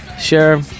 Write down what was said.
Sure